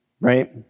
Right